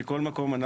מכל מקום,